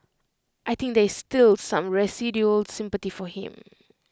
I think there is still some residual sympathy for him